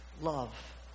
love